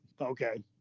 okay